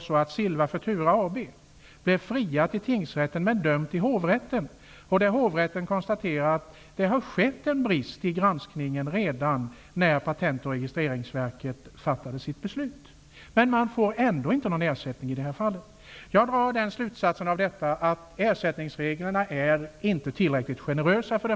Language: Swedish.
Silva Futura AB Hovrätten konstaterade att det förelåg en brist i granskningen redan när Patent och registreringsverket fattade sitt beslut. Men företaget får ändå inte någon ersättning. Jag drar slutsatsen att ersättningsreglerna inte är tillräckligt generösa.